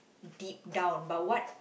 deep down but what